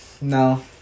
no